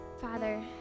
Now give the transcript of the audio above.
Father